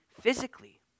physically